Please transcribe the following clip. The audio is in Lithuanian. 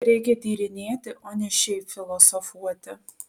reikia tyrinėti o ne šiaip filosofuoti